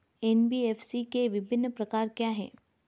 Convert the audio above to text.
NBFC के विभिन्न प्रकार क्या हैं?